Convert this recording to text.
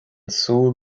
súil